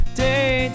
day